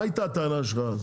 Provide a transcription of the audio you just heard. מה הייתה הטענה שלך?